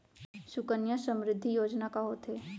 सुकन्या समृद्धि योजना का होथे